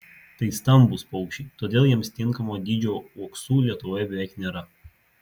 tai stambūs paukščiai todėl jiems tinkamo dydžio uoksų lietuvoje beveik nėra